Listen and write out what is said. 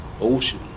ocean